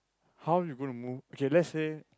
how you gonna move okay let's say